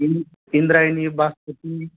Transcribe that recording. Indu Indrayani basmati